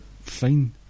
fine